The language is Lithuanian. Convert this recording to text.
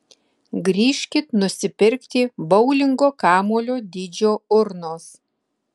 grįžkit nusipirkti boulingo kamuolio dydžio urnos